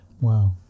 Wow